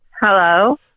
Hello